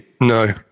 No